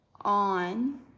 on